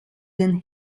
den